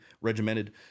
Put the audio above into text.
regimented